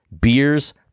beers